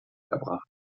erbracht